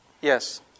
Yes